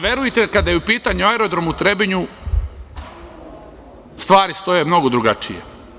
Verujte, kada je u pitanju aerodrom u Trebinju stvari stoje mnogo drugačije.